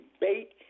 debate